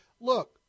Look